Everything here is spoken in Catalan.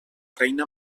reina